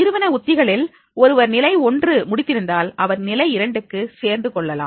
நிறுவன உத்திகளில் ஒருவர் நிலை 1 முடித்திருந்தால் அவர் நிலை இரண்டுக்கு சேர்ந்து கொள்ளலாம்